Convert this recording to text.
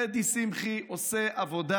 דדי שמחי עושה עבודה.